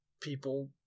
people